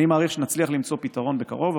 אני מעריך שנצליח למצוא פתרון בקרוב,